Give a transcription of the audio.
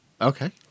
Okay